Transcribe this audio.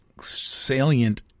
salient